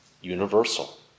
universal